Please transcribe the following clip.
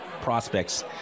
prospects